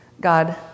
God